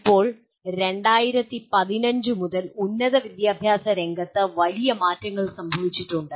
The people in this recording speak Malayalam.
ഇപ്പോൾ 2015 മുതൽ ഉന്നത വിദ്യാഭ്യാസ രംഗത്ത് വലിയ മാറ്റങ്ങൾ സംഭവിച്ചിട്ടുണ്ട്